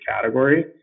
category